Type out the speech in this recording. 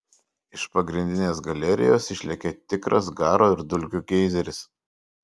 iš pagrindinės galerijos išlekia tikras garo ir dulkių geizeris